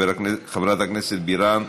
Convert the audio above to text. חברת הכנסת בירן,